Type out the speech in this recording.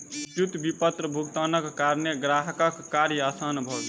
विद्युत विपत्र भुगतानक कारणेँ ग्राहकक कार्य आसान भ गेल